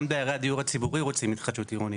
גם דיירי הציבור הציבורי רוצים התחדשות עירונית.